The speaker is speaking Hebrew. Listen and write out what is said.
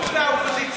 מהאופוזיציה.